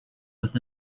with